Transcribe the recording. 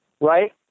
right